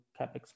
CapEx